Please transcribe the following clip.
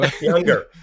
Younger